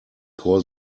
call